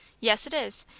yes, it is.